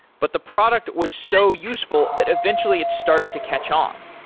but the product was so useful that eventually it started to catch on.